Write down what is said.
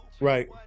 Right